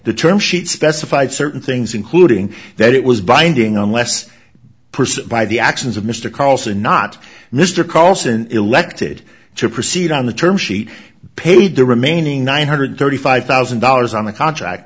the term sheet specified certain things including that it was binding unless by the actions of mr carlson not mr carlson elected to proceed on the term sheet paid the remaining nine hundred thirty five thousand dollars on the contract